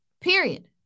period